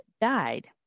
died